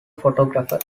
photographer